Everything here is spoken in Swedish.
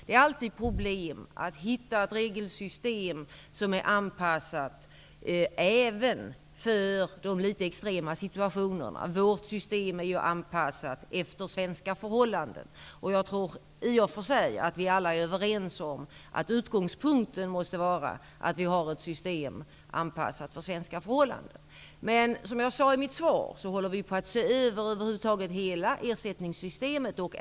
Det utgör alltid ett problem att hitta ett regelsystem som är anpassat även för de litet extrema situationerna. Vårt system är anpassat efter svenska förhållanden. I och för sig tror jag att vi alla är överens om att utgångspunkten måste vara att vi har ett system som är anpassat till svenska förhållanden. Som jag sade i mitt svar håller vi på med en översyn av hela ersättningssystemet.